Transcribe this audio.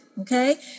okay